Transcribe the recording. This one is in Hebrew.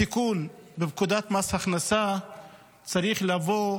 התיקון בפקודת מס הכנסה צריך לבוא